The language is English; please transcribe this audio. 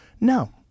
No